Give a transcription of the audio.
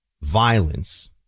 violence